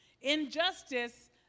Injustice